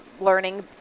learning